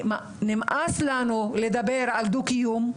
נמאס לנו לדבר על דו-קיום,